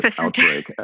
outbreak